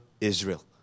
Israel